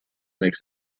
makes